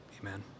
amen